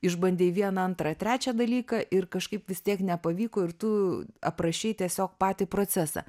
išbandei vieną antrą trečią dalyką ir kažkaip vis tiek nepavyko ir tu aprašei tiesiog patį procesą